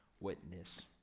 witness